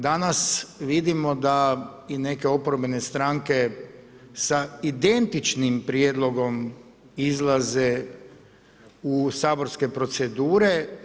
Danas vidimo da i neke oporbene stranke sa identičnim prijedlogom izlaze u saborske procedure.